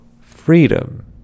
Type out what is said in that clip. freedom